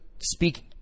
speak